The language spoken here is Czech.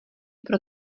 pro